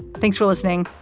thanks for listening.